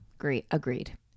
Agreed